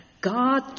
God